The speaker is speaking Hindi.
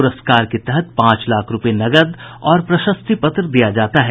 पुरस्कार के तहत पांच लाख रूपये नकद और प्रशस्ति पत्र दिया जाता है